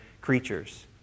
creatures